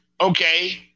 okay